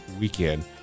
weekend